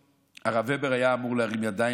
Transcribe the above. הרב הבר היה אמור להרים ידיים,